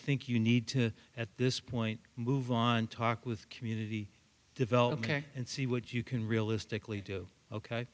think you need to at this point move on talk with community development and see what you can realistically do ok